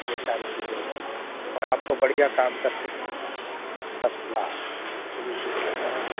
یہ ساری چیزیں اور آپ کو بڑھیا کام کر کے دیں گے فسٹ کلاس فنشنگ کے ساتھ